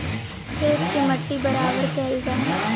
खेत के मट्टी बराबर कयल जा हई